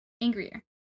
angrier